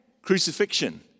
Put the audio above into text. crucifixion